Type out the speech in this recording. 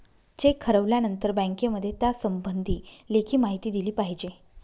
check हरवल्यानंतर बँकेमध्ये त्यासंबंधी लेखी माहिती दिली पाहिजे